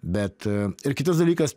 bet ir kitas dalykas